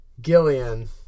Gillian